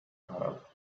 arab